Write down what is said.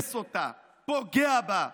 הורס אותה, פוגע בה.